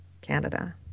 Canada